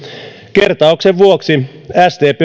kertauksen vuoksi sdp